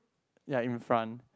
ya in front